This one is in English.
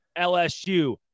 LSU